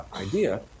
idea